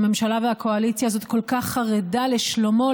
הממשלה והקואליציה הזאת כל כך חרדות לשלומו,